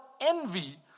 envy